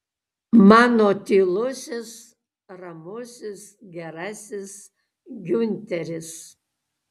mano tylusis ramusis gerasis giunteris